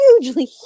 hugely